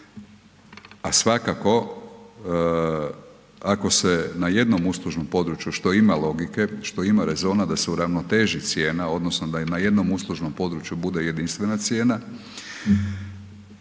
a svakako ako se na jednom uslužnom području što ima logike, što ima rezona da se uravnoteži cijena odnosno da i na jednom uslužnom području bude jedinstvena cijena,